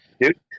Dude